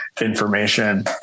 information